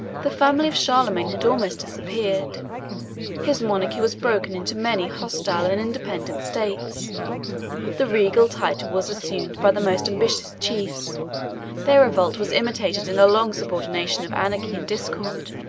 the family of charlemagne had almost disappeared his monarchy was broken into many hostile and independent states the regal title was assumed by the most ambitious chiefs their revolt was imitated in a long subordination of anarchy and discord,